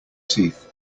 teeth